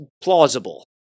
plausible